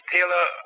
Taylor